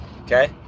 okay